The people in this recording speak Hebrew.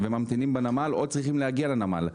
וממתינים בנמל או צריכים להגיע לנמל.